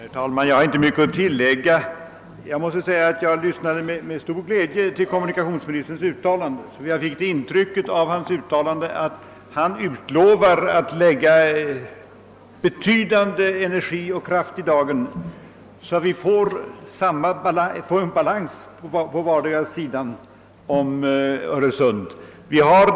Herr talman! Jag har inte mycket att tillägga, men jag vill förklara att jag med stor glädje lyssnade på kommunikationsministerns uttalande. Jag fick det intrycket att han utlovar att lägga betydande energi och kraft i dagen för att vi skall få balans på vardera sidan om Öresund.